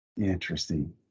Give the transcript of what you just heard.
Interesting